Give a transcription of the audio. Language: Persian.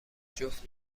جفت